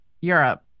Europe